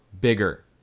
bigger